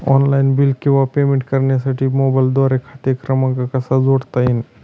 Online bill किंवा payment करण्यासाठी मोबाईलद्वारे खाते क्रमांक कसा जोडता येईल?